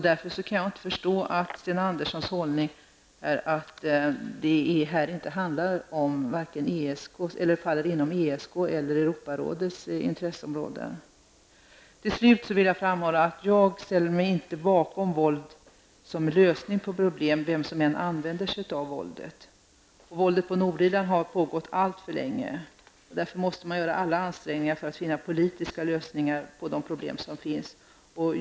Därför kan jag inte förstå Sten Anderssons hållning att detta inte faller inom ESKs eller Europarådets intresseområden. Till slut vill jag framhålla att jag inte kan ställa mig bakom våld som lösning på problem, vem som än använder sig av våldet. Våldet på Nordirland har pågått alltför länge. Därför måste alla ansträngningar göras för att finna politiska lösningar på de problem som finns.